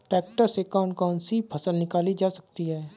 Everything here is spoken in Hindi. ट्रैक्टर से कौन कौनसी फसल निकाली जा सकती हैं?